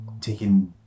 taking